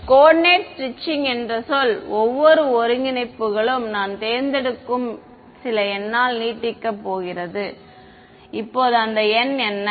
coordinate stretching என்ற சொல் ஒவ்வொரு ஒருங்கிணைப்புகளும் நான் தேர்ந்தெடுக்கும் சில எண்ணால் நீட்டிக்கப் போகிறது இப்போது அந்த எண் என்ன